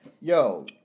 yo